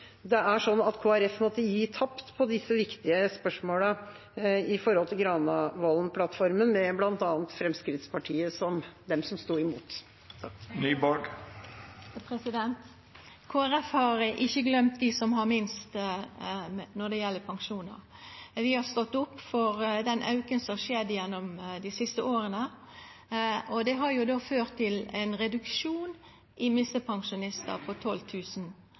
det er slik at Kristelig Folkeparti måtte gi tapt på disse viktige spørsmålene – med bakgrunn i Granavolden-plattformen, der bl.a. Fremskrittspartiet sto imot. Kristeleg Folkeparti har ikkje gløymt dei som har minst når det gjeld pensjonar. Vi har stått opp for den auken som har skjedd gjennom dei siste åra, og det har jo ført til ein reduksjon i minstepensjonistar på